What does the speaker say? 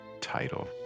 title